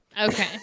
Okay